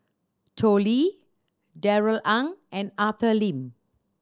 Tao Li Darrell Ang and Arthur Lim